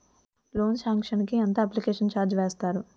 Loan sanction కి ఎంత application charge వేస్తారు?